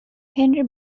henry